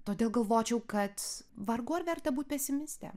todėl galvočiau kad vargu ar verta būti pesimiste